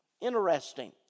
Interesting